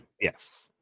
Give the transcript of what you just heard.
yes